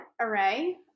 array